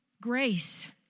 grace